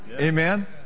Amen